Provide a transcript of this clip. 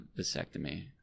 vasectomy